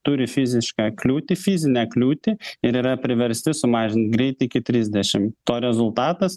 turi fizišką kliūtį fizinę kliūtį ir yra priversti sumažint greitį iki trisdešim to rezultatas